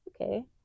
okay